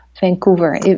Vancouver